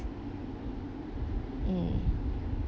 mm